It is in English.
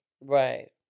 right